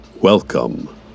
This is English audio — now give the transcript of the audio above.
Welcome